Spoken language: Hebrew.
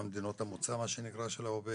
במדינות המוצא של העובד,